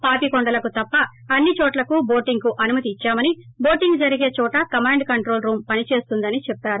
పాపికొండలకు తప్ప అన్ని చోట్లకు బోటింగ్కు అనుమతినిచ్చామని బోటింగ్ జరిగే చోట కమాండ్ కంట్రోల్ రూం పని చేస్తుందని చెప్పారు